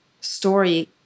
story